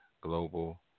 global